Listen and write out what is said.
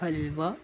halwa